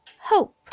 hope